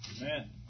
Amen